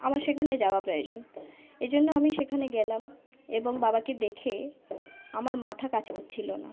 আমার সেখানে যাওয়া প্রয়োজন এজন্য আমি সেখানে গেলাম এবং বাবাকে দেখে আমার মাথা কাজ করছিল না